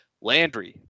Landry